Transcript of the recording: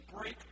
break